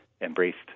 embraced